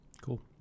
cool